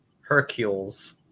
Hercules